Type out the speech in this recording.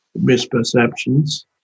misperceptions